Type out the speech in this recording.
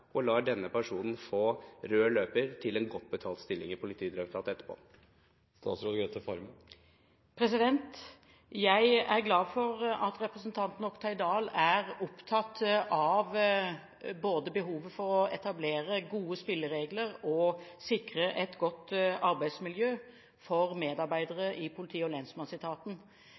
og lar denne personen få rød løper til en godt betalt stilling i Politidirektoratet etterpå. Jeg er glad for at representanten Oktay Dahl er opptatt av både behovet for å etablere gode spilleregler og behovet for å sikre et godt arbeidsmiljø for medarbeidere i politi- og lensmannsetaten.